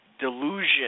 delusion